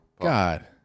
God